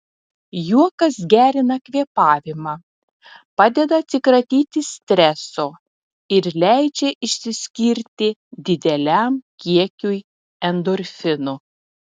juokas gerina kvėpavimą padeda atsikratyti streso ir leidžia išsiskirti dideliam kiekiui endorfinų